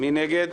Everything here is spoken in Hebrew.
מי נגד?